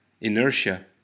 inertia